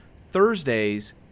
Thursdays